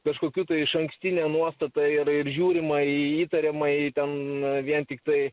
kažkokiu tai išankstine nuostata ir ir žiūrima į įtariamąjį ten vien tiktai